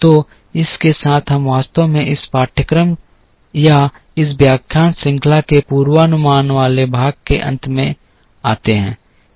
तो इस के साथ हम वास्तव में इस पाठ्यक्रम या इस व्याख्यान श्रृंखला के पूर्वानुमान वाले भाग के अंत में आते हैं